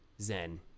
Zen